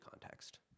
context